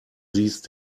these